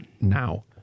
now